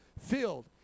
filled